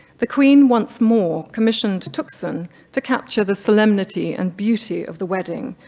the queen once more commissioned tuxen to capture the solemnity and beauty of the wedding,